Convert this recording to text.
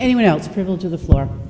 anyone else privilege of the floor